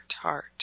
heart